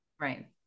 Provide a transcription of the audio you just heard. Right